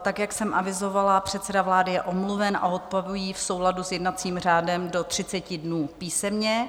Jak jsem avizovala, předseda vlády je omluven a odpoví v souladu s jednacím řádem do 30 dnů písemně.